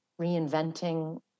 reinventing